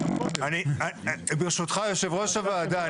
ברשותך יו"ר הוועדה,